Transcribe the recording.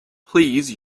please